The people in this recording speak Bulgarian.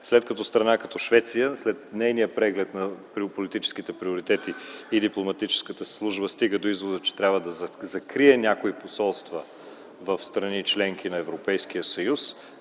След като страна като Швеция след нейния преглед на политическите приоритети и дипломатическата служба стига до извода, че трябва да закрие някои посолства в страните-членки на Европейския съюз,